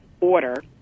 order